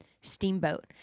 Steamboat